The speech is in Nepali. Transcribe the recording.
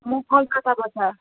म कलकताबट